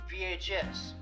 VHS